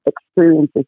experiences